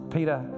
Peter